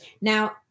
Now